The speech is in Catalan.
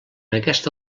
aquesta